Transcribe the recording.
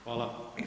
Hvala.